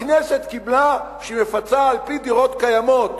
הכנסת קיבלה שהיא מפצה על-פי דירות קיימות,